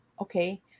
okay